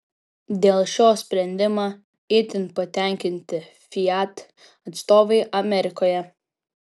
dėl šio sprendimo itin patenkinti fiat atstovai amerikoje